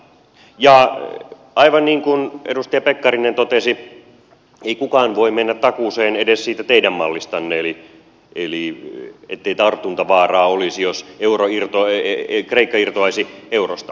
ja aivan niin kuin edustaja pekkarinen totesi ei kukaan voi mennä takuuseen edes siitä teidän mallistanne eli ettei tartuntavaaraa olisi jos kreikka irtoaisi eurosta